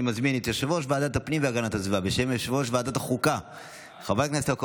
אני מזמין את יושב-ראש ועדת הפנים והגנת הסביבה חבר הכנסת יעקב